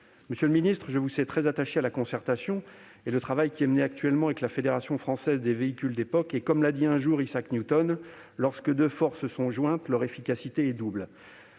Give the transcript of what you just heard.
Monsieur le ministre, je vous sais très attaché à la concertation et au travail qui est conduit actuellement avec la Fédération française des véhicules d'époque. Comme l'a dit un jour Isaac Newton, « lorsque deux forces sont jointes, leur efficacité est double